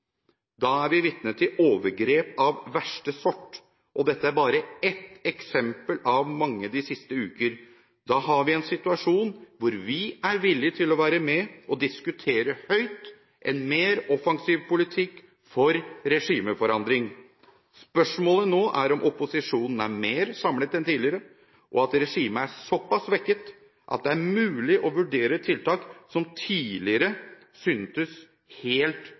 er vi vitne til overgrep av verste sort. Dette er bare ett eksempel av mange de siste uker. Da har vi en situasjon hvor vi er villige til å være med og diskutere høyt en mer offensiv politikk for regimeforandring. Spørsmålet nå er om opposisjonen er mer samlet enn tidligere, og at regimet er såpass svekket at det er mulig å vurdere tiltak som tidligere syntes helt